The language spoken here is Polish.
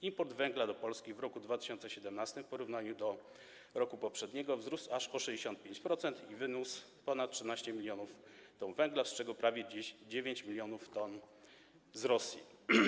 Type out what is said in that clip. Import węgla do Polski w roku 2017 w porównaniu do roku poprzedniego wzrósł aż o 65% i wyniósł ponad 13 mln t węgla, z czego prawie 9 mln t z Rosji.